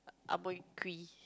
upper